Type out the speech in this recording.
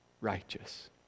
righteous